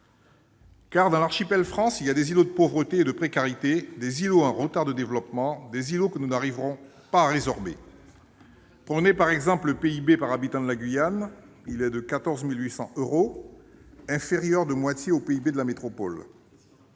dans l'« archipel France », il y a des îlots de pauvreté et de précarité, des îlots en retard de développement, que nous n'arrivons pas à résorber. Ainsi, le PIB par habitant de la Guyane est de 14 800 euros, inférieur de moitié à celui de la métropole.